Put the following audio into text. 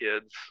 kids